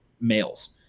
males